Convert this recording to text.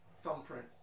thumbprint